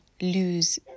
lose